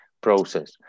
process